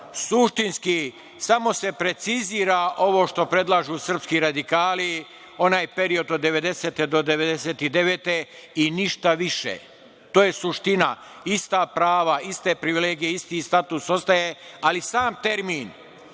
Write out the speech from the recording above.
Suštinski samo se precizira ovo što predlažu srpski radikali onaj period od 1990. do 1999. godine i ništa više. to je suština. Ista prava, iste privilegije, isti status ostaje, ali sam termin